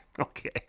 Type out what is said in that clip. Okay